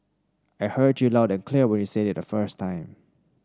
I heard you loud and clear when you said it the first time